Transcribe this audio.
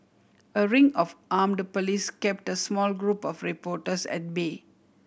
a ring of armed police kept a small group of reporters at bay